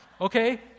okay